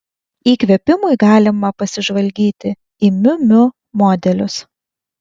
įkvėpimui galima pasižvalgyti į miu miu modelius